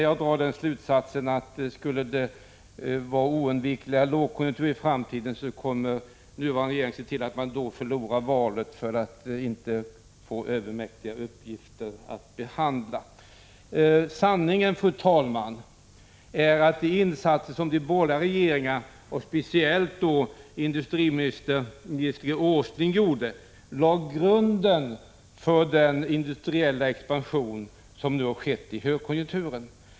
Jag drar den slutsatsen, att om det blir oundvikliga lågkonjunkturer i framtiden, kommer nuvarande regering att se till att då förlora valet för att inte få övermäktiga uppgifter att behandla. Fru talman! Sanningen är att de insatser som de borgerliga regeringarna och speciellt industriminister Nils G. Åsling gjorde lade grunden till den industriella expansion som nu har skett i högkonjunkturen.